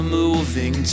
moving